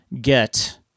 get